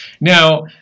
now